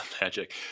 magic